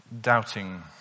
doubting